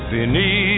Beneath